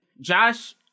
Josh